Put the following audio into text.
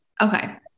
Okay